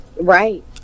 Right